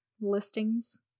listings